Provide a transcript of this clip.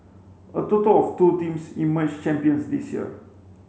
a total of two teams emerged champions this year